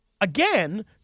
again